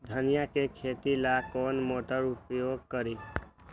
धनिया के खेती ला कौन मोटर उपयोग करी?